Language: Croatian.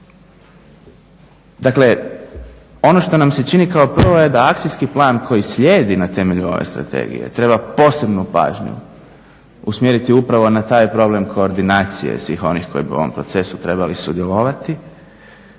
Dakle, ono što nam se čini kao prvo, je da akcijski plan koji slijedi na temelju ove strategije, treba posebnu pažnju usmjeriti upravo na taj problem koordinacije svih onih koji bi u ovom procesu trebali sudjelovati.